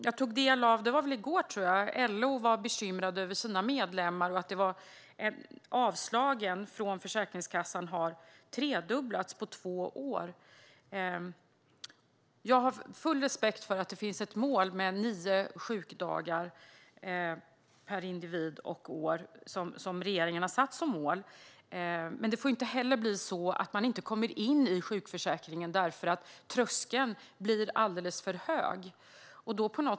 Jag tog del av - jag tror att det var i går - att LO är bekymrade över sina medlemmar och att avslagen från Försäkringskassan har tredubblats på två år. Jag har fullt respekt för att regeringen har satt nio sjukdagar per individ och år som mål. Men det får inte bli så att man inte kommer in i sjukförsäkringen därför att tröskeln blir alldeles för hög.